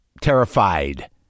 terrified